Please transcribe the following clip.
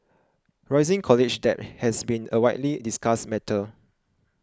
rising college debt has been a widely discussed matter